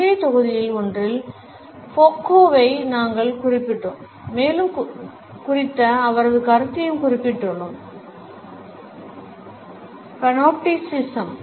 முந்தைய தொகுதிகளில் ஒன்றில் ஃபோக்கோவையும் நாங்கள் குறிப்பிட்டுள்ளோம் மேலும்குறித்த அவரது கருத்தையும் குறிப்பிட்டுள்ளோம் பனோப்டிசிசம்